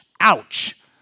Ouch